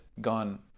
gone